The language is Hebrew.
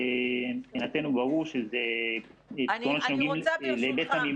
מבחינתנו ברור שזה פתרונות שנוגעים להיבט המימון.